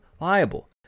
liable